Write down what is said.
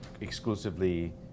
exclusively